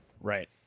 right